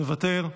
מוותר,